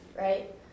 right